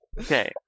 Okay